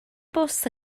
bws